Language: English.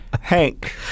Hank